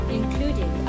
including